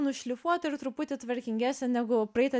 nušlifuot ir truputį tvarkingesnė negu praeitą